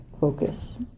focus